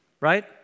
right